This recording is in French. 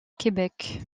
québec